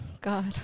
God